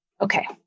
Okay